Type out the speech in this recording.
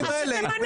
אז שתמנה.